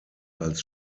als